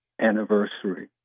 anniversary